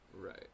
right